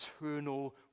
eternal